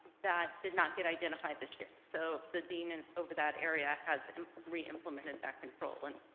that did not get identified this year so the dean and over that area has reimplemented back control and